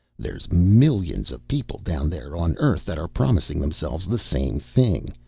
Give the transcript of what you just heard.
there's millions of people down there on earth that are promising themselves the same thing.